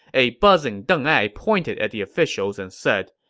a buzzing deng ai pointed at the officials and said,